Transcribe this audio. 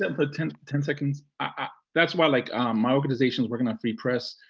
ah and kind of like and ah that's why i like my organization's working on free press.